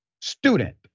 student